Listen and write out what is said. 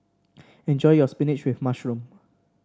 enjoy your spinach with mushroom